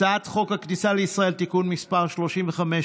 הצעת חוק הכניסה לישראל (תיקון מס' 35,